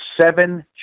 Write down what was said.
seven